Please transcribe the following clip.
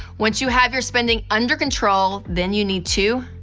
once you have your spending under control, then you need to,